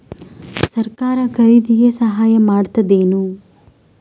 ಸರಕಾರ ಖರೀದಿಗೆ ಸಹಾಯ ಮಾಡ್ತದೇನು?